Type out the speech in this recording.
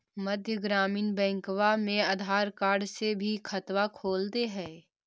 मध्य ग्रामीण बैंकवा मे आधार कार्ड से भी खतवा खोल दे है?